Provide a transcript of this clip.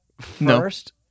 first